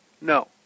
No